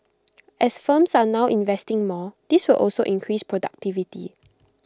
as firms are now investing more this will also increase productivity